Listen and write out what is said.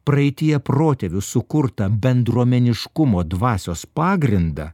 praeityje protėvių sukurtą bendruomeniškumo dvasios pagrindą